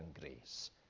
grace